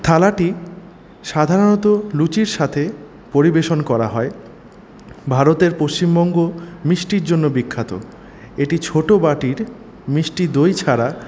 থালাটি সাধারণত লুচির সাথে পরিবেশন করা হয় ভারতের পশ্চিমবঙ্গ মিষ্টির জন্য বিখ্যাত এটি ছোটো বাটির মিষ্টি দই ছাড়া